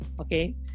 Okay